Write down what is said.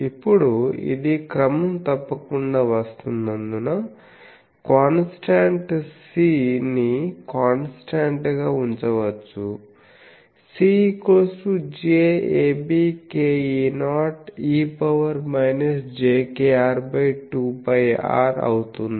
ఇప్పుడు ఇది క్రమం తప్పకుండా వస్తున్నందున కాన్స్టాంట్ C నికాన్స్టాంట్ గా ఉంచవచ్చు C jabkE0 e jkr 2πr అవుతుంది